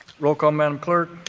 roll call, madam clerk.